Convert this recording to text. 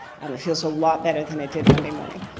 um it feels a lot better than it did monday morning.